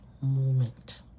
moment